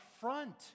front